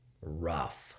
rough